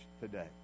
today